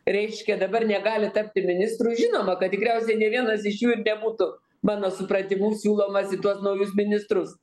reiškia dabar negali tapti ministru žinoma kad tikriausiai nei vienas iš jų ir nebūtų mano supratimu siūlomas į tuos naujus ministrus